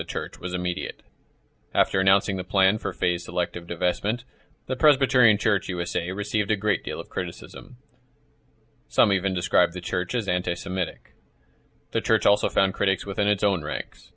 the church was immediate after announcing the plan for phase selective divestment the presbyterian church usa received a great deal of criticism some even describe the church as anti semitic the church also found critics within its own ranks